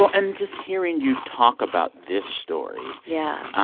and just hearing you talk about this story. yeah.